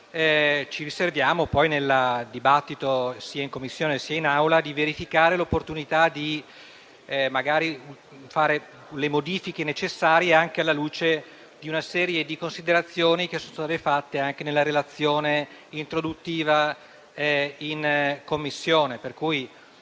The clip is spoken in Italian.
ci riserviamo poi nel dibattito sia in Commissione, sia in Aula di verificare l'opportunità di apportare le modifiche eventualmente necessarie anche alla luce di una serie di considerazioni che sono state fatte nella relazione introduttiva e in Commissione.